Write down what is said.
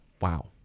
Wow